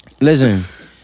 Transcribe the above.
Listen